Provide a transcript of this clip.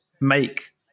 make